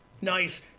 Nice